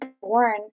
born